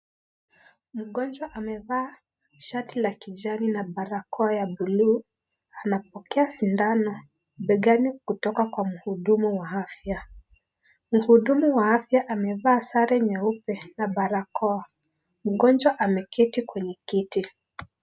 Mgonjwa amevaa shati la kijani na barakoa ya bulu anapokea sindano begani kutoka kwa mhudumu wa afya mhudumu wa afya amevaa sare nyeupe na barakoa mgonjwa ameketi kwenye kiti.